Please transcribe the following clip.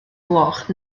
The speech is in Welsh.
gloch